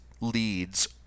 leads